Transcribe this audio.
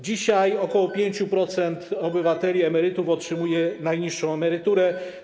Dzisiaj ok. 5% obywateli emerytów otrzymuje najniższą emeryturę.